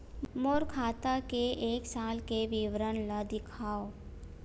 मोर खाता के एक साल के विवरण ल दिखाव?